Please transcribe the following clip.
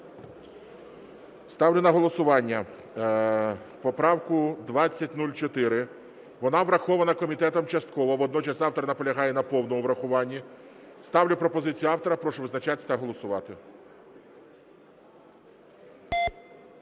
Ставлю на голосування поправку 2004. Вона врахована комітетом частково. Водночас автор наполягає на повному врахуванні. Сталю пропозицію автора. Прошу визначатися та голосувати.